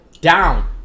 down